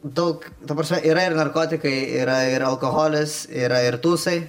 daug ta prasme yra ir narkotikai yra ir alkoholis yra ir tūsai